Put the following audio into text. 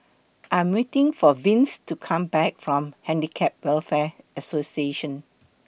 I Am waiting For Vince to Come Back from Handicap Welfare Association